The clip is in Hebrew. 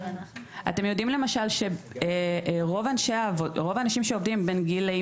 אתם יודעים למשל שרוב האנשים שעובדים בין גילאי